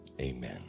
Amen